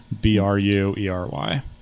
B-R-U-E-R-Y